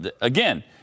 again